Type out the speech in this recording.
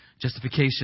Justification